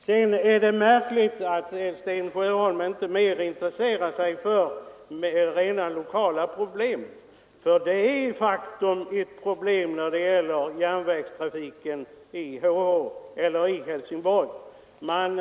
Det är märkligt att Sten Sjöholm inte mera intresserar sig för rent lokala problem, för det är faktiskt ett problem när det gäller järnvägstrafiken på HH-leden.